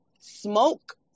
smoke